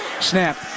snap